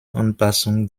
anpassung